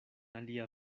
alia